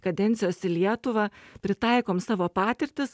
kadencijos į lietuvą pritaikom savo patirtis